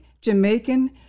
Jamaican